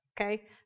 okay